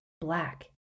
black